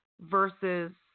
versus